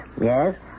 Yes